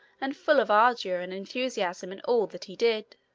and full of ardor and enthusiasm in all that he did.